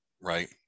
right